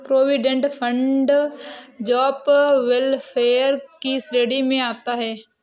provident fund job welfare की श्रेणी में आता है